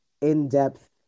in-depth